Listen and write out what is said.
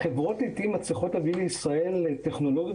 לעיתים החברות מצליחות להביא לישראל טכנולוגיות